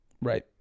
Right